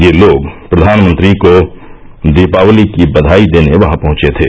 ये लोग प्रधानमंत्री को दीपावली की बधाई देने वहां पहुंचे थे